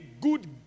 good